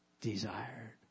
desired